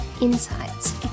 insights